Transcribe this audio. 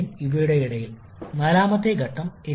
അതായത് 0